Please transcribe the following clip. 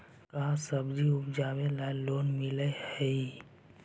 का सब्जी उपजाबेला लोन मिलै हई?